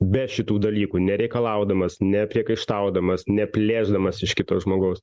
be šitų dalykų nereikalaudamas nepriekaištaudamas ne plėšdamas iš kito žmogaus